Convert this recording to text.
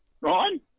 Right